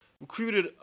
recruited